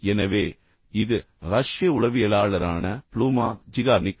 எனவே இது ரஷ்ய உளவியலாளரான ப்ளூமா ஜிகார்னிக்